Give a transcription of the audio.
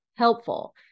helpful